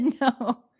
No